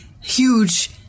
huge